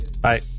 Bye